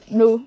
no